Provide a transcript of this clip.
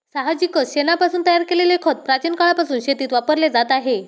साहजिकच शेणापासून तयार केलेले खत प्राचीन काळापासून शेतीत वापरले जात आहे